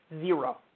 Zero